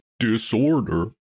Disorder